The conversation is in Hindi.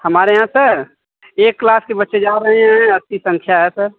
हमारे यहाँ से एक क्लास के बच्चे जा रहे हैं अस्सी संख्या है सर